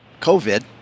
COVID